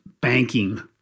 banking